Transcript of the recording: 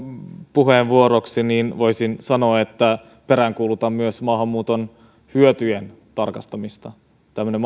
puheenvuoroksi voisin sanoa että peräänkuulutan myös maahanmuuton hyötyjen tarkastelemista tämmöinen